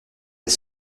est